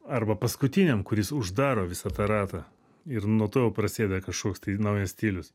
arba paskutiniam kuris uždaro visą tą ratą ir nuo to jau prasideda kažkoks tai naujas stilius